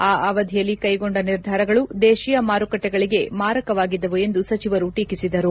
ಆ ಅವಧಿಯಲ್ಲಿ ಕೈಗೊಂಡ ನಿರ್ಧಾರಗಳು ದೇಶೀಯ ಮಾರುಕಟ್ಟೆಗಳಿಗೆ ಮಾರಕವಾಗಿದ್ದವು ಎಂದು ಸಚಿವರು ಟೀಕಿಸಿದರು